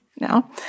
now